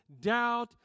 doubt